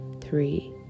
three